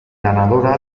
ganadora